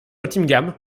nottingham